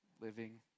Living